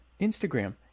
Instagram